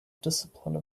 discipline